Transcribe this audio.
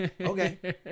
okay